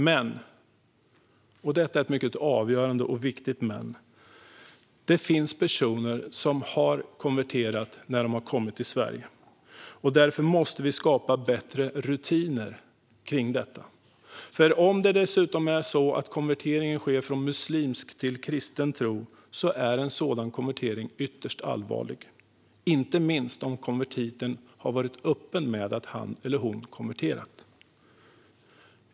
Men, och detta är ett mycket avgörande och viktigt men: Det finns personer som har konverterat när de har kommit till Sverige. Därför måste vi skapa bättre rutiner kring detta. Om det dessutom är så att konverteringen sker från muslimsk till kristen tro är en sådan konvertering ytterst allvarlig. Det gäller inte minst om konvertiten varit öppen med att han eller hon konverterat.